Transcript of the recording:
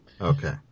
Okay